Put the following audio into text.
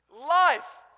life